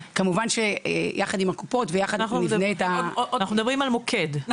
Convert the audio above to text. כמובן שיחד עם הקופות נבנה את ה --- אנחנו מדברים על מוקד,